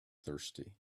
thirsty